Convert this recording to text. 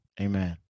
Amen